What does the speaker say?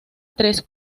tres